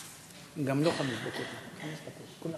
הוא עלה, כן, בניגוד לרצונו.